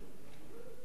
יושב-ראש ועדת